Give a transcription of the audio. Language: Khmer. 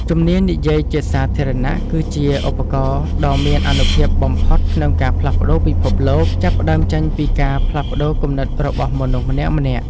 ជំនាញនិយាយជាសាធារណៈគឺជាឧបករណ៍ដ៏មានអានុភាពបំផុតក្នុងការផ្លាស់ប្តូរពិភពលោក ចាប់ផ្ដើមចេញពីការផ្លាស់ប្តូរគំនិតរបស់មនុស្សម្នាក់ៗ។